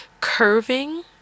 curving